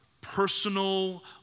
personal